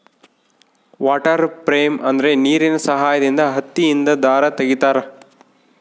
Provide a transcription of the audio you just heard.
water frame ಅಂದ್ರೆ ನೀರಿನ ಸಹಾಯದಿಂದ ಹತ್ತಿಯಿಂದ ದಾರ ತಗಿತಾರ